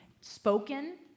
spoken